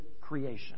creation